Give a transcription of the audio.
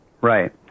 Right